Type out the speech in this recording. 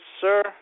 sir